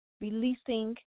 releasing